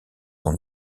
son